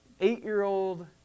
eight-year-old